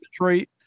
Detroit